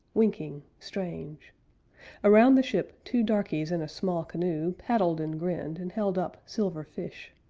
winking, strange around the ship two darkies in a small canoe paddled and grinned, and held up silver fish.